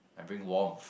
I bring warmth